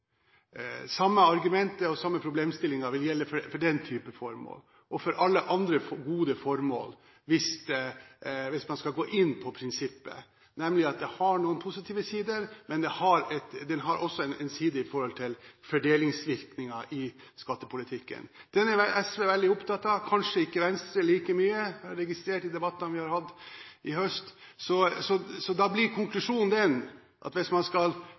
samme argumentet og den samme problemstillingen vil gjelde for den type formål – og for alle andre gode formål, hvis man skal gå inn på prinsippet. Det har noen positive sider, men det har også en side i forhold til fordelingsvirkninger i skattepolitikken. Det er SV veldig opptatt av – kanskje ikke Venstre like mye, har jeg registrert i debattene vi har hatt i høst. Så da blir konklusjonen at hvis man skal